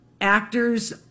actors